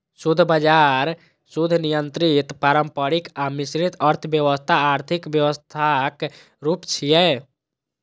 शुद्ध बाजार, शुद्ध नियंत्रित, पारंपरिक आ मिश्रित अर्थव्यवस्था आर्थिक व्यवस्थाक रूप छियै